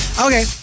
Okay